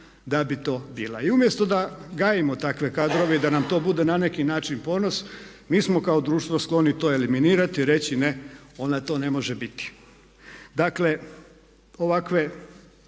da bi to bila. I umjesto da gajimo takve kadrove i da nam to bude na neki način ponos. Mi smo kao društvo skloni to eliminirati i reći ne ona to ne može biti. Dakle, ovakve